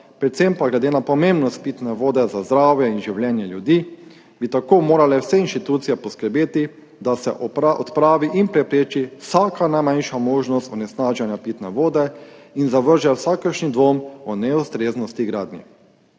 predvsem pa glede na pomembnost pitne vode za zdravje in življenje ljudi, bi tako morale vse inštitucije poskrbeti, da se odpravi in prepreči vsaka najmanjša možnost onesnaženja pitne vode in zavrže vsakršen dvom o neustreznosti gradnje.